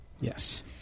Yes